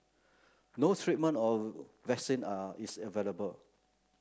no treatment or vaccine are is available